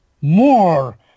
more